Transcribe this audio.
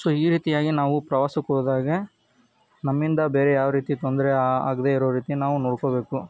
so ಈ ರೀತಿಯಾಗಿ ನಾವು ಪ್ರವಾಸಕ್ಕೆ ಹೋದಾಗೆ ನಮ್ಮಿಂದ ಬೇರೆ ಯಾವ ರೀತಿ ತೊಂದರೆ ಆ ಆಗದೇ ಇರೋ ರೀತಿ ನಾವು ನೋಡ್ಕೊಳ್ಬೇಕು